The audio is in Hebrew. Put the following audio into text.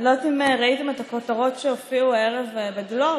אני לא יודעת אם ראיתם את הכותרות שהופיעו הערב בגלובס.